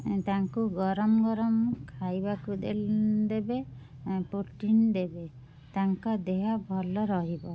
ତାଙ୍କୁ ଗରମ ଗରମ ଖାଇବାକୁ ଦେବେ ପୋଟିନି ଦେବେ ତାଙ୍କ ଦେହ ଭଲ ରହିବ